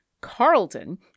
Carlton